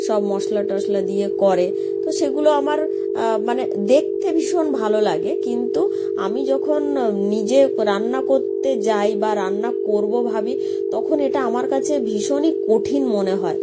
সব মশলা টশলা দিয়ে করে তো সেগুলো আমার মানে দেখতে ভীষণ ভালো লাগে কিন্তু আমি যখন নিজে রান্না করতে যাই বা রান্না করবো ভাবি তখন এটা আমার কাছে ভীষণই কঠিন মনে হয়